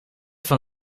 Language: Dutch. van